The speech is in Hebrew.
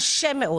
אבל זה קשה מאוד.